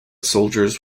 soldiers